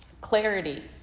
clarity